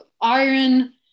iron